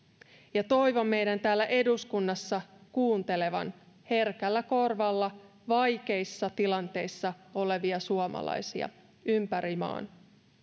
ja toivon meidän täällä eduskunnassa kuuntelevan herkällä korvalla vaikeissa tilanteissa olevia suomalaisia ympäri maan